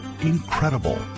Incredible